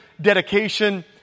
dedication